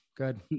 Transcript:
good